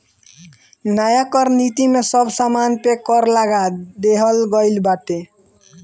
नया कर नीति में सब सामान पे कर लगा देहल गइल बाटे